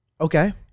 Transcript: Okay